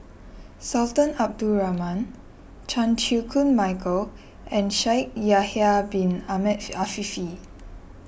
Sultan Abdul Rahman Chan Chew Koon Michael and Shaikh Yahya Bin Ahmed Afifi